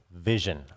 vision